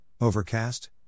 Overcast